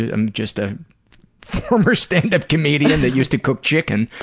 i'm just a former standup comedian that used to cook chicken.